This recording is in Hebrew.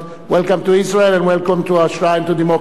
Welcome to Israel and welcome to our shrine of democracy.